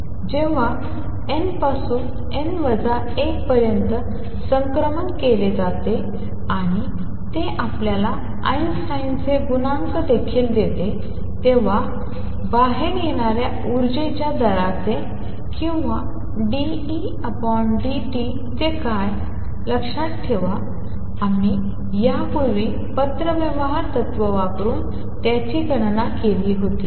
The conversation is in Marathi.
जेव्हा n पासून n वजा 1 पर्यंत संक्रमण केले जाते आणि ते आपल्याला आइन्स्टाईनचे गुणांक देखील देते तेव्हा बाहेर येणाऱ्या ऊर्जेच्या दराचे किंवा dEdt चे काय होईल लक्षात ठेवा आम्ही यापूर्वी पत्रव्यवहार तत्त्व वापरून त्याची गणना केली होती